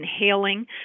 inhaling